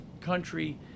Country